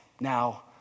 now